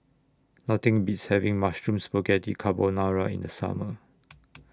Nothing Beats having Mushroom Spaghetti Carbonara in The Summer